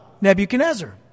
Nebuchadnezzar